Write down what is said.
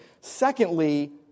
Secondly